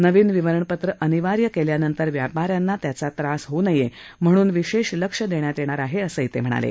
नवीन विवरणपत्रं अनिवार्य केल्यानंतर व्यापाऱ्यांना त्याचा त्रास होऊ नये म्हणून विशेष लक्ष देण्यात येणार आहे असंही ते म्हणाले